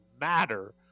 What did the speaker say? matter